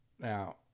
Now